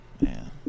man